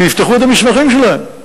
שיפתחו את המסמכים שלהם.